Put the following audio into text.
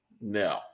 No